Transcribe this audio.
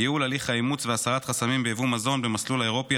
ייעול הליך האימוץ והסרת חסמים ביבוא מזון במסלול האירופי),